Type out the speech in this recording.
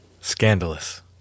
Scandalous